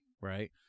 right